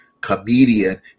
comedian